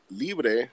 Libre